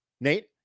Nate